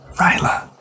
Ryla